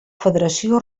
federació